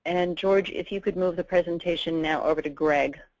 and george, if you could move the presentation now over to gregg,